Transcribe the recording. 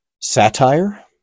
satire